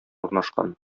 урнашкан